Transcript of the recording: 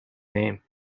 name